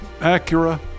Acura